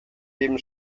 dem